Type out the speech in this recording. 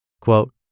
Quote